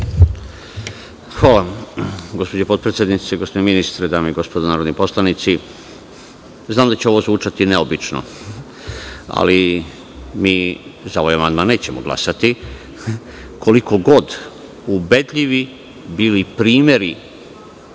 Hvala. Gospođo potpredsednice, gospodine ministre, dame i gospodo narodni poslanici, znam da će ovo zvučati neobično, ali mi za ovaj amandman nećemo glasati, koliko god ubedljivi bili primeri